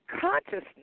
consciousness